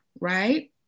right